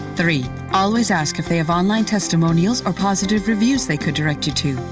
three. always ask if they have online testimonials or positive reviews they could direct you to.